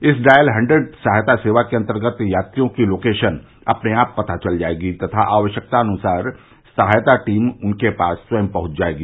इस dial hundred सहायता सेवा के अन्तर्गत यात्रियों की लोकेशन अपने आप पता चल जायेगी तथा आवश्यकतानुसार सहायता टीम उनके पास स्वयं पहुंच जायेगी